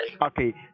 Okay